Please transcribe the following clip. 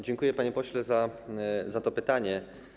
Dziękuję, panie pośle, za to pytanie.